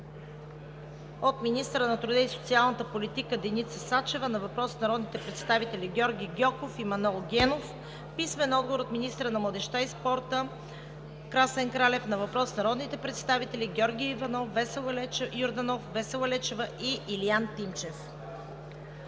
- министъра на труда и социалната политика Деница Сачева на въпрос от народните представители Георги Гьоков и Манол Генов; - министъра на младежта и спорта Красен Кралев на въпрос от народните представители Георги Йорданов, Весела Лечева и Илиан Тимчев.